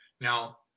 Now